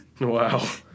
Wow